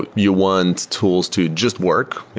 but you want tools to just work.